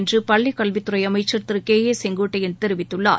என்று பள்ளிக்கல்வித்துறை அமைச்சர் திரு கே ஏ செங்கோட்டையன் தெரிவித்துள்ளார்